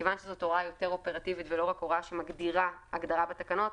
כיוון שזאת הוראה יותר אופרטיבית ולא רק הוראה שמגדירה הגדרה בתקנות,